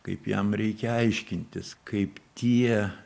kaip jam reikia aiškintis kaip tie